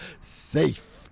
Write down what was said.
safe